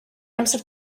amser